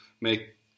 make